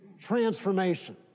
transformation